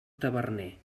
taverner